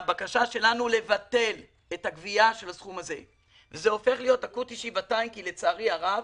זה הופך להיות אקוטי שבעתיים כי, לצערי הרב,